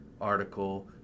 article